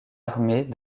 armée